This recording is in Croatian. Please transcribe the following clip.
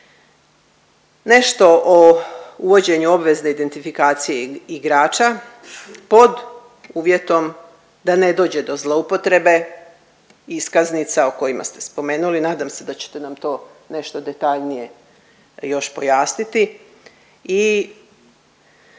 Nešto o uvođenju obvezne identifikacije igrača pod uvjetom da ne dođe do zloupotrebe iskaznica o kojima ste spomenuli, nadam se da ćete nam to nešto detaljnije još pojasniti